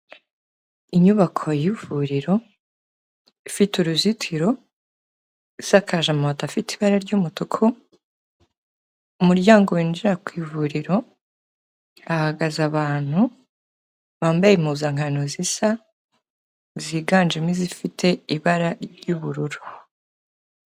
Inyubako y'ivuriro, ifite uruzitiro, isakaje amabati afite ibara ry'umutuku, umuryango winjira ku ivuriro hahagaze abantu bambaye impuzankano zisa ziganjemo izifite ibara ry'ubururu.